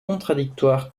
contradictoires